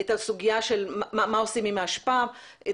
את הסוגיה של מה עושים עם האשפה,